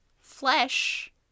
flesh